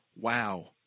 Wow